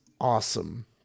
awesome